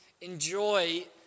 enjoy